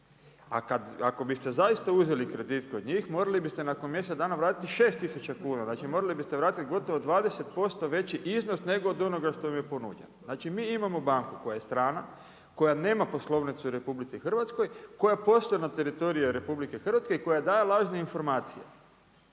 ako biste zaista uzeli kredit kod njih, morali biste nakon mjesec dana vratiti 6000 kuna. Znači morali biste vratiti gotovo 20% veći iznos nego od onoga što vam je ponuđeno. Znači, mi imamo banku, koja je strana, koja nema poslovnicu u RH, koja posluje na teritoriju RH i koja daje lažne informacije.